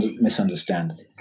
misunderstand